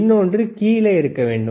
இன்னொன்று கீழே இருக்க வேண்டும்